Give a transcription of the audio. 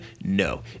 no